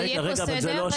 אבל יהיה פה סדר,